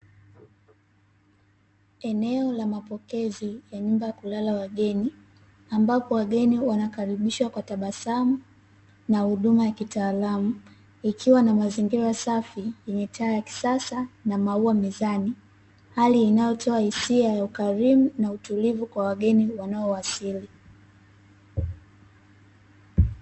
Eneo la mapokezi ya nyumba ya kulala wageni, ambapo wageni wanakaribishwa kwa tabasamu na huduma ya kitaalamu ikiwa na mazingira safi yenye taa ya kisasa na maua mezani, hali inayotoa hisia ya ukarimu na utulivu kwa wageni wanaowasili.